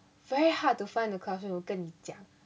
very hard to find the classroom 我跟你讲